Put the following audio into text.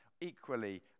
equally